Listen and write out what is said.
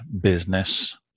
business